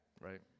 right